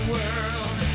World